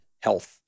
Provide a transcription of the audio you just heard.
health